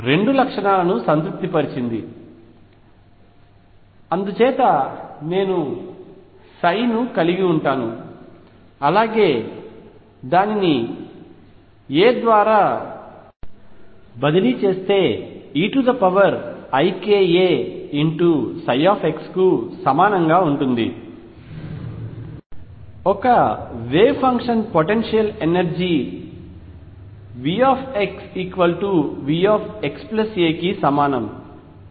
రెండు లక్షణాలను సంతృప్తిపరిచింది అందుచేత నేను కలిగి ఉంటాను అలాగే దానిని a ద్వారా బదిలీ చేస్తే eikaψ కు సమానంగా ఉంటుంది ఒక వేవ్ ఫంక్షన్ పొటెన్షియల్ ఎనర్జీ లో V V xa కి సమానం